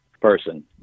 person